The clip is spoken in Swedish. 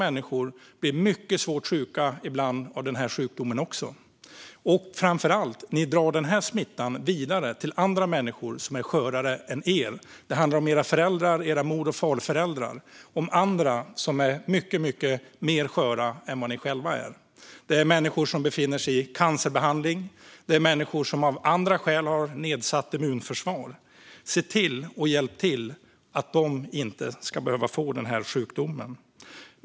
Även ni blir ibland mycket svårt sjuka av det här viruset. Framför allt drar ni smittan vidare till andra människor som är skörare än ni. Det handlar om era föräldrar och mor och farföräldrar och om andra som är mycket skörare än ni själva är. Det är människor som genomgår cancerbehandling. Det är människor som av andra skäl har nedsatt immunförsvar. Se till att hjälpa till så att de inte behöver få den här sjukdomen!